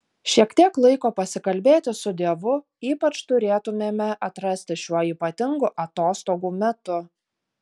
šiek tiek laiko pasikalbėti su dievu ypač turėtumėme atrasti šiuo ypatingu atostogų metu